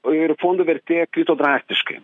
ir fondų vertė krito drastiškai